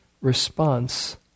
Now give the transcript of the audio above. response